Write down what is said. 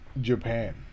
Japan